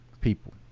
people